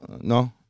No